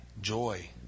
joy